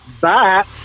Bye